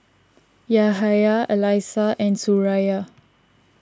Yahya Alyssa and Suraya